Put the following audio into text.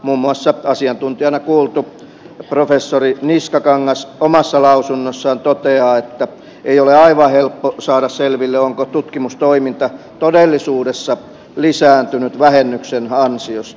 muun muassa asiantuntijana kuultu professori niskakangas omassa lausunnossaan toteaa että ei ole aivan helppo saada selville onko tutkimustoiminta todellisuudessa lisääntynyt vähennyksen ansiosta